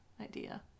idea